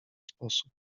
sposób